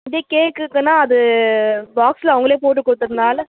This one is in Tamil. இதே கேக்குக்குன்னால் அது பாக்ஸில் அவங்களே போட்டு கொடுத்ததுனால